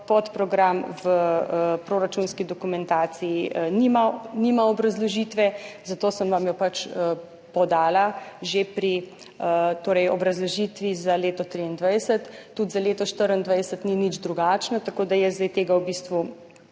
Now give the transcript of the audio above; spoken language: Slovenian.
podprogram v proračunski dokumentaciji nima obrazložitve, zato sem vam jo podala že obrazložitvi pri za leto 2023. Tudi za leto 2024 ni nič drugačna, tako da jaz zdaj tega ne bi